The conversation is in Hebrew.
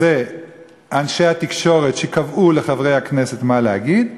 זה אנשי התקשורת, שקבעו לחברי הכנסת מה להגיד,